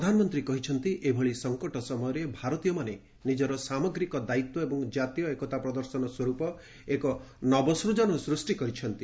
ପ୍ରଧାନମନ୍ତ୍ରୀ କହିଛନ୍ତି ଏଭଳି ସଂକଟ ସମୟରେ ଭାରତୀୟମାନେ ନିଜର ସାମଗ୍ରୀକ ଦାୟିତ୍ୱ ଏବଂ ଜାତୀୟ ଏକତା ପ୍ରଦର୍ଶନ ସ୍ୱର୍ପ ଏକ ନବସୂଜନ ସୃଷ୍ଟି କରିଛନ୍ତି